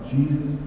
Jesus